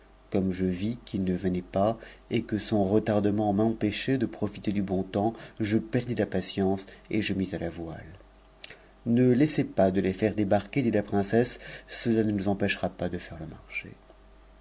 s je vis qu'il ne venait pas et que son retardement m'empêchait de profiter du bon vent je perdis la patience et je mis à la voile ne sez pas de les faire débarquer dit la princesse cela ne nous empêpas de faire le marché